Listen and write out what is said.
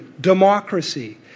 democracy